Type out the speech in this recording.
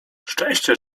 szczęście